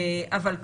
אבל,